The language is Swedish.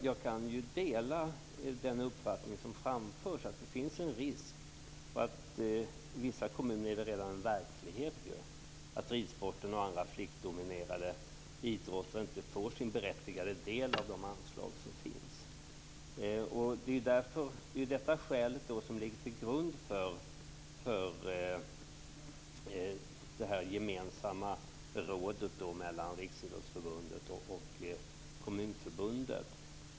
Jag kan dela den uppfattning som framförs, att det finns en risk för, och i vissa kommuner är det redan verklighet, att ridsporten och andra flickdominerade idrotter inte får sin berättigade del av de anslag som finns. Det är detta skäl som ligger till grund för detta gemensamma råd mellan Riksidrottsförbundet och Kommunförbundet.